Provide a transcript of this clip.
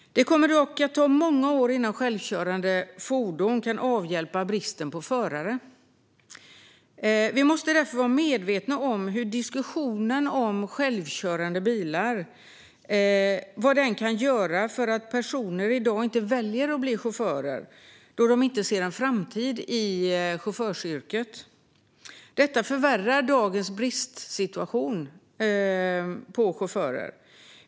Det kommer dock att ta många år innan självkörande fordon kan avhjälpa bristen på förare. Vi måste därför vara medvetna om hur diskussionen om självkörande bilar kan göra att personer i dag inte väljer att bli chaufförer då de inte ser en framtid i chaufförsyrket. Detta förvärrar dagens brist på chaufförer.